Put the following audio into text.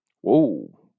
Whoa